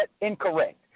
incorrect